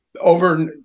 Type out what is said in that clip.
over